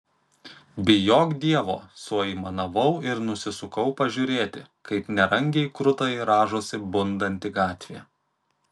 bijok dievo suaimanavau ir nusisukau pažiūrėti kaip nerangiai kruta ir rąžosi bundanti gatvė